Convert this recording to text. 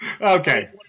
okay